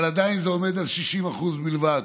אבל עדיין זה עומד על 60% בלבד.